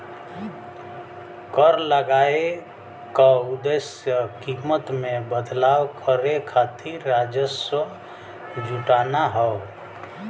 कर लगाये क उद्देश्य कीमत में बदलाव करे खातिर राजस्व जुटाना हौ